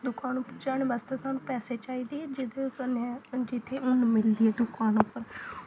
दकान पर जाने बास्तै सानूं पैसे चाहिदे ऐ जेह्दे कन्नै जित्थें उन्न मिलदी ऐ दकान उप्पर